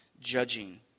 judging